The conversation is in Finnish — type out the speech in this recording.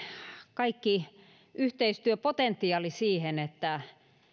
kaikki yhteistyöpotentiaali siihen että